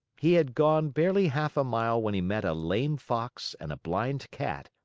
he had gone barely half a mile when he met a lame fox and a blind cat,